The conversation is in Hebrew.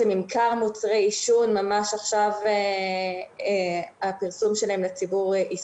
שמענו עכשיו מטל שאנחנו לקראת או כבר בעצם קיימות איזה שהן הוראות שמאפשרות